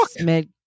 mid